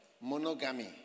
monogamy